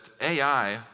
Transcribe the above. AI